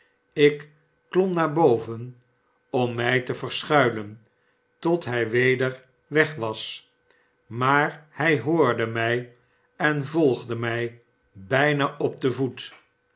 ik klom naar boven om mij te verschuilen tot hij weder weg was maar hij hoorde mij en volgde mij bijjna op den voet